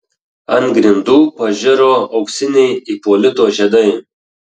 ant grindų pažiro auksiniai ipolito žiedai